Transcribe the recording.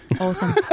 Awesome